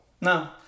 No